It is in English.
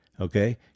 okay